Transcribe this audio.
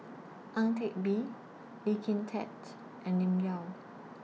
Ang Teck Bee Lee Kin Tat and Lim Yau